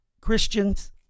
Christians